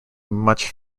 much